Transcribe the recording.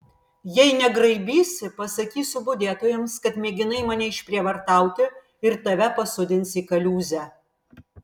jei negraibysi pasakysiu budėtojams kad mėginai mane išprievartauti ir tave pasodins į kaliūzę